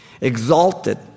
exalted